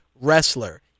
wrestler